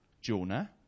Jonah